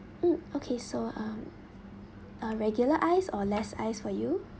mm okay so um uh regular ice or less ice for you